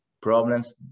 problems